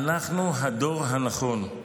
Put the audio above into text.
אנחנו הדור הנכון.